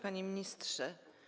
Panie Ministrze!